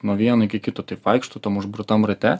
nuo vieno iki kito taip vaikšto tam užburtam rate